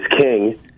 king